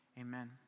Amen